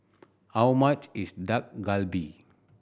how much is Dak Galbi